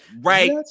Right